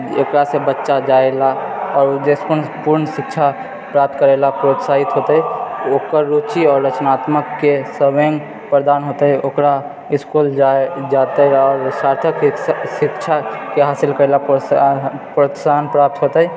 एकरा से बच्चा जाइ लऽ आओर जाहिसँ पूर्ण पूर्ण शिक्षा प्राप्त करै लऽ प्रोत्साहित होतै ओकर रुचि आओर रचनात्मकके स्वङ्ग प्रदान होतै ओकरा इसकुल जाइ जेतै आओर सार्थक शिक्षाके हासिल करै लऽ प्रोत्सा प्रोत्साहन प्राप्त होतै